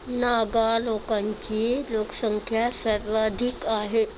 नागा लोकांची लोकसंख्या सर्वाधिक आहे